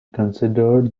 considered